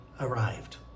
arrived